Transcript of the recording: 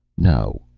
no,